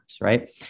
right